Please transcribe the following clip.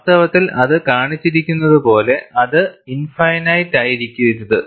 വാസ്തവത്തിൽ അത് കാണിച്ചിരിക്കുന്നതുപോലെ അത് ഇൻഫിനിറ്റിയായിരിക്കരുത്